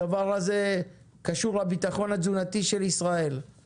הדבר הזה קשור לביטחון התזונתי של ישראל.